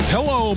Hello